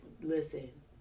listen